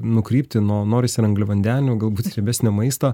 nukrypti nuo norisi ir angliavandenių galbūt riebesnio maisto